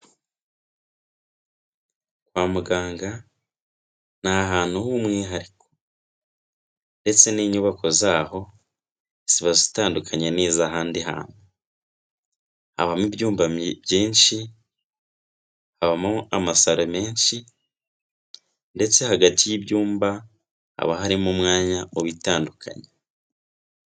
Kwa muganga ni ahantu h'umwihariko ndetse n'inyubako zaho ziba zitandukanye n'iz'ahandi hantu, habamo ibyumba byinshi, habamo amasaro menshi, ndetse hagati y'ibyumba haba harimo umwanya mubitandukanye